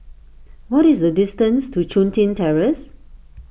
what is the distance to Chun Tin Terrace